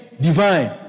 Divine